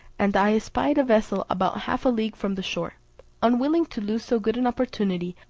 and i espied a vessel about half a league from the shore unwilling to lose so good an opportunity,